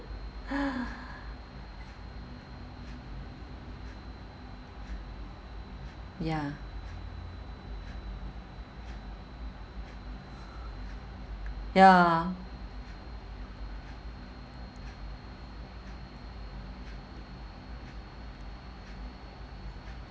ya ya